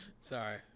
Sorry